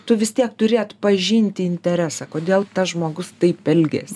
tu vis tiek turi atpažinti interesą kodėl tas žmogus taip elgias